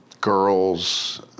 Girls